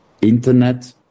Internet